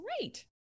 great